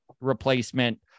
replacement